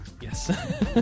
Yes